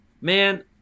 man